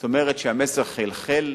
זאת אומרת שהמסר חלחל.